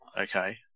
Okay